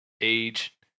age